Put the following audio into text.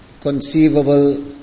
conceivable